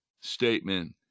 statement